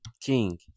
King